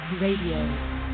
Radio